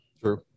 True